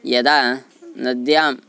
यदा नद्यां